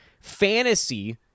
fantasy